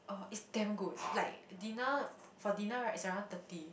orh it's damn good like dinner for dinner right is around thirty